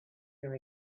dream